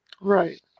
Right